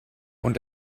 und